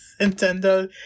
Nintendo